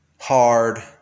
hard